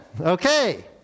Okay